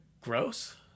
gross